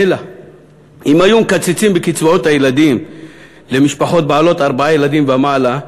מילא אם היו מקצצים בקצבאות הילדים למשפחות בעלות ארבעה ילדים ומעלה,